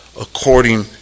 according